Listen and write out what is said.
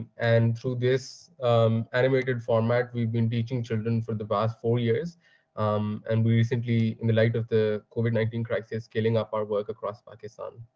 and through this animated format, we've been teaching children for the past four years um and we're simply, in light of the covid nineteen crisis, scaling up our work across pakistan.